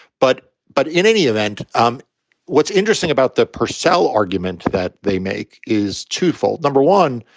but but in any event, um what's interesting about the purcell argument that they make is twofold. number one,